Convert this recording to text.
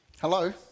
Hello